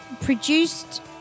produced –